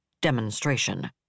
demonstration